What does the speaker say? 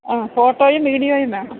ആ ഫോട്ടോയും വീഡിയോയും വേണം